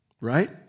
Right